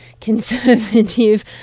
conservative